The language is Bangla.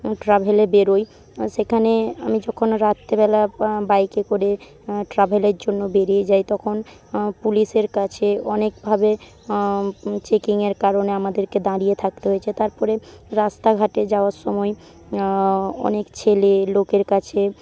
ট্র্যাভেলে বেরোই সেখানে আমি যখন রাত্রিবেলা বাইকে করে ট্র্যাভেলের জন্য বেরিয়ে যাই তখন পুলিশের কাছে অনেকভাবে চেকিংয়ের কারণে আমাদেরকে দাঁড়িয়ে থাকতে হয়েছে তারপরে রাস্তাঘাটে যাওয়ার সময় অনেক ছেলে লোকের কাছে